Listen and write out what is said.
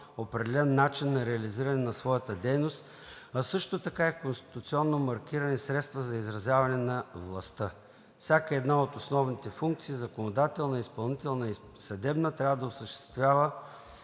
определен начин на реализиране на своята дейност, а също така и конституционно маркирани средства за изразяване на властта. Всяка от основните функции – законодателна, изпълнителна и съдебна, трябва да се осъществява